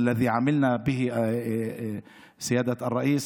כדי שיוכלו לעבוד ולהחזיר את החובות שלהם.